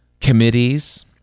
committees